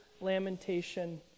lamentation